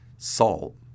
Salt